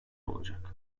olacak